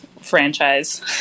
franchise